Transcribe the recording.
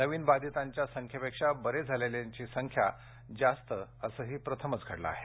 नवीन बाधितांच्या संख्येपेक्षा बरे झालेल्यांची संख्या जास्त असेही प्रथमच घडले आहे